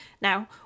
Now